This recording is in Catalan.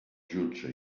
jutge